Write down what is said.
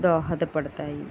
దోహదపడతాయి